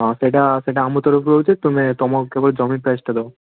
ହଁ ସେଇଟା ସେଇଟା ଆମ ତରଫରୁ ହେଉଛି ତୁମେ ତୁମର କେବଳ ଜମି ପ୍ରାଇସ୍ଟା ଦେବ